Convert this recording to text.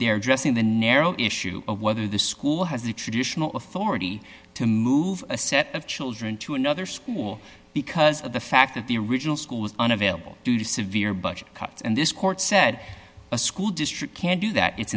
their dressing the narrow issue of whether the school has the traditional authority to move a set of children to another school because of the fact that the original school was unavailable due to severe budget cuts and this court said a school district can't do that it's